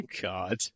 God